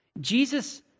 Jesus